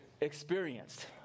experienced